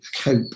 cope